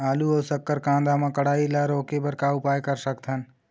आलू अऊ शक्कर कांदा मा कढ़ाई ला रोके बर का उपाय कर सकथन?